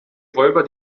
räuber